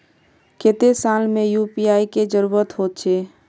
केते साल में यु.पी.आई के जरुरत होचे?